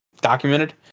Documented